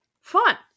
Fun